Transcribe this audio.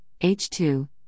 H2